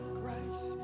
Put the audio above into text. Christ